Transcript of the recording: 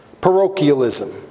parochialism